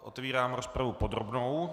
Otevírám rozpravu podrobnou.